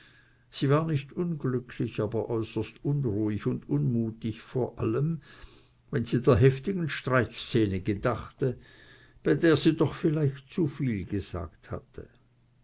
sie war nicht unglücklich aber äußerst unruhig und unmutig vor allem wenn sie der heftigen streitszene gedachte bei der sie doch vielleicht zuviel gesagt hatte